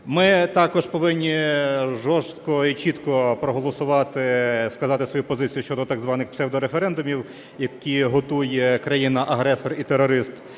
Ми також повинні жорстко і чітко проголосувати, сказати свою позицію щодо так званих псевдореферендумів, які готує країна-агресор і терорист